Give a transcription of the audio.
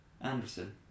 Anderson